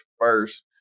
first